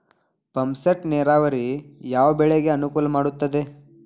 Pump set ನೇರಾವರಿ ಯಾವ್ ಬೆಳೆಗೆ ಅನುಕೂಲ ಮಾಡುತ್ತದೆ?